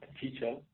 teacher